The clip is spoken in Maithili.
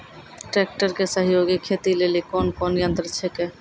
ट्रेकटर के सहयोगी खेती लेली कोन कोन यंत्र छेकै?